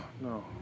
no